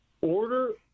Order